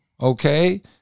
okay